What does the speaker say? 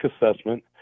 assessment